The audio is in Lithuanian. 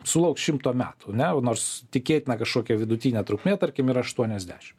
sulauks šimto metų ane nors tikėtina kažkokia vidutinė trukmė tarkim yra aštuoniasdešim